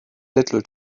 little